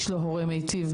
יש לו הורה מיטיב,